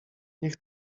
niech